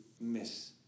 miss